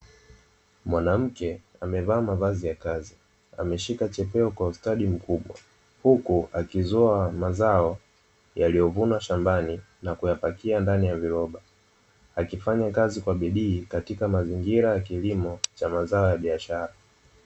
Mwanamke amevaa mavazi ya kazi, ameshika chepeo kwa ustadi mkubwa, huku akizoa mazao yaliyovunwa shambani na kuyapakia ndani ya viroba; anafanya kazi kwa bidii katika mazingira ya kilimo cha mazao ya biashara.